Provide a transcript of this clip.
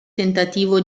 tentativo